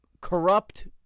corrupt